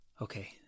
Okay